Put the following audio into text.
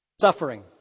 suffering